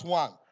one